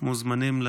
6 הצעת חוק